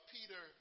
Peter